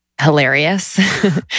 hilarious